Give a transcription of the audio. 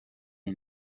iyi